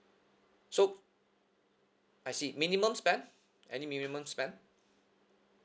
so I see minimum spend any minimum spend